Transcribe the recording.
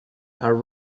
are